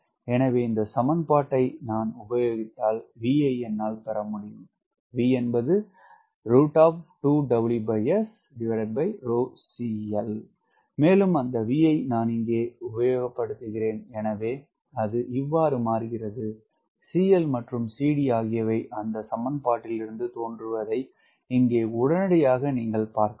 எனவே இந்த சமன்பாடை நான் உபயோகித்தால் V ஐ என்னால் எழுத முடியும் மேலும் அந்த V ஐ நான் இங்கே உபயோக படுத்திகிறேன் எனவே CL மற்றும் CD ஆகியவை அந்த சமன்பாட்டிலிருந்து தோன்றுவதை இங்கே உடனடியாக நீங்கள் பார்க்கலாம்